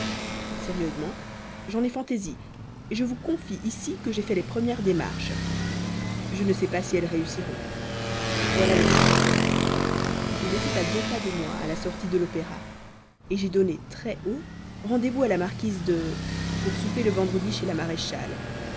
sérieusement j'en ai fantaisie je vous confie ici que j'ai fait les premières démarches je ne sais pas si elles réussiront voilà le fait il était à deux pas de moi à la sortie de l'opéra j'ai donné très haut rendez-vous à la marquise de pour souper le vendredi chez la